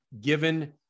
given